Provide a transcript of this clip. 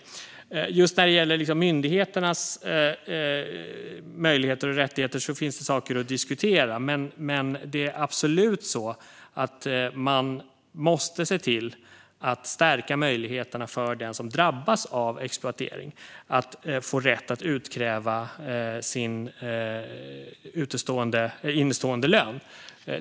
Just när det gäller myndigheternas möjligheter och rättigheter finns det saker att diskutera. Men man måste absolut stärka rätten för den som drabbas av exploatering att utkräva sin innestående lön.